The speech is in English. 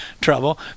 trouble